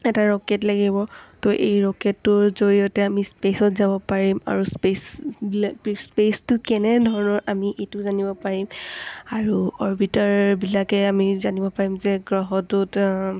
এটা ৰকেট লাগিব ত' এই ৰকেটটোৰ জৰিয়তে আমি স্পেচত যাব পাৰিম আৰু স্পেচ বিলা স্পেচটো কেনেধৰণৰ আমি এইটো জানিব পাৰিম আৰু অৰবিটাৰবিলাকে আমি জানিব পাৰিম যে গ্ৰহটোত